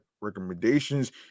recommendations